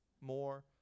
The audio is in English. more